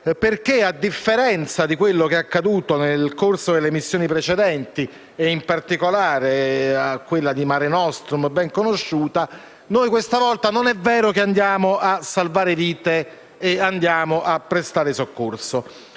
perché a differenza di quello che è accaduto nel corso delle missioni precedenti, e in particolare in quella di Mare Nostrum ben conosciuta, questa volta non è vero che andiamo a salvare vite e a prestare soccorso.